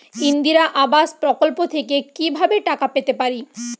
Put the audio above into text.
ইন্দিরা আবাস প্রকল্প থেকে কি ভাবে টাকা পেতে পারি?